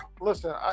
Listen